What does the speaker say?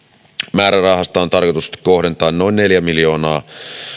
määrärahasta on tarkoitus kohdentaa noin neljä miljoonaa